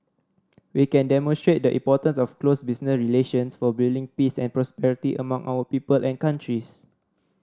we can demonstrate the importance of close business relations for building peace and prosperity among our people and countries